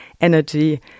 energy